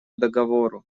договору